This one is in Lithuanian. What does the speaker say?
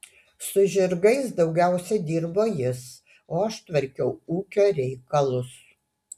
su žirgais daugiausiai dirbo jis o aš tvarkiau ūkio reikalus